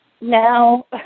now